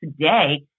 today